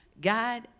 God